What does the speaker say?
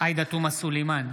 עאידה תומא סלימאן,